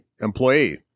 employee